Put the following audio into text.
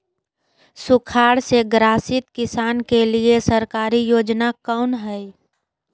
सुखाड़ से ग्रसित किसान के लिए सरकारी योजना कौन हय?